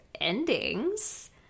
endings